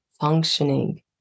functioning